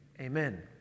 Amen